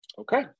Okay